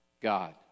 God